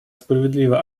справедливо